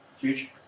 Huge